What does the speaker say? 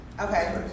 Okay